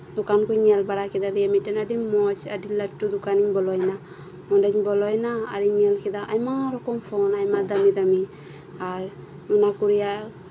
ᱫᱚᱠᱟᱱ ᱠᱚ ᱤᱧ ᱧᱮᱞ ᱵᱟᱲᱟᱠᱮᱫᱟ ᱢᱤᱫᱴᱮᱡ ᱟᱹᱰᱤ ᱢᱚᱪ ᱞᱟᱹᱴᱩ ᱫᱚᱠᱟᱱᱤᱧ ᱵᱚᱞᱚᱭᱮᱱᱟ ᱚᱸᱰᱮᱧ ᱵᱚᱞᱚᱭᱮᱱᱟ ᱟᱨ ᱤᱧ ᱧᱮᱞ ᱠᱮᱫᱟ ᱟᱭᱢᱟ ᱨᱚᱠᱚᱢ ᱯᱷᱚᱱ ᱟᱭᱢᱟ ᱫᱟᱹᱢᱤ ᱫᱟᱹᱢᱤ ᱟᱨ ᱚᱱᱟᱠᱩ ᱨᱮᱭᱟᱜ